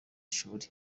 shuri